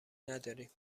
نداریم